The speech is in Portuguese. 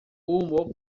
humor